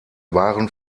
waren